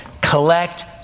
Collect